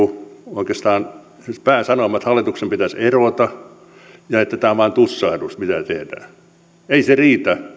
oikeastaan esimerkiksi sen pääsanomat hallituksen pitäisi erota ja tämä on vain tussahdus mitä tehdään ei se riitä